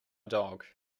dog